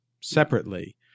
separately